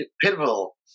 pivotal